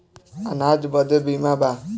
अनाज बदे बीमा बा